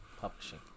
Publishing